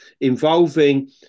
involving